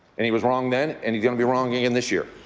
and he was wrong then and he's going to be wrong again this year.